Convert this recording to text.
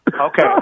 Okay